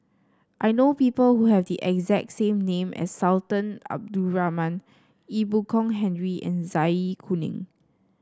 I know people who have the exact same name as Sultan Abdul Rahman Ee Boon Kong Henry and Zai Kuning